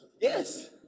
yes